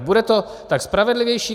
Bude to tak spravedlivější.